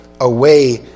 away